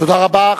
תודה רבה.